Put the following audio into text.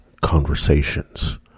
conversations